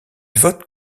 vote